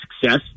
success